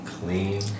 clean